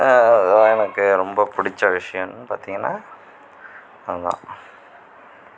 அதெலாம் எனக்கு ரொம்ப பிடிச்ச விஷயம்னு பார்த்தீங்கன்னா அதுதான்